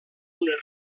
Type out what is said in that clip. una